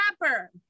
Rapper